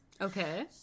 Okay